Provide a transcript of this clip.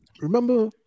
Remember